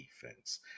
defense